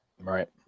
Right